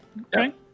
Okay